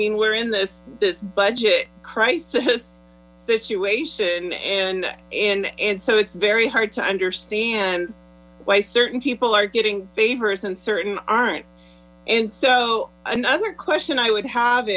mean we're in this budget crisis situation and in and so it's very hard to understand why certain people are getting favors and certain aren't and so another question i would have